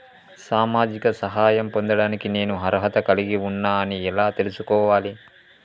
సామాజిక సహాయం పొందడానికి నేను అర్హత కలిగి ఉన్న అని ఎలా తెలుసుకోవాలి?